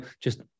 just-